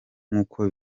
nkuko